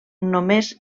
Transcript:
només